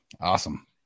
Awesome